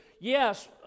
Yes